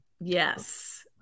Yes